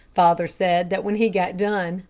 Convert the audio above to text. father said that when he got done,